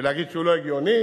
ולהגיד שהוא לא הגיוני,